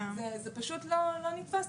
זה פשוט לא נתפס.